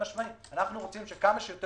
אנו רוצים שכמה שיותר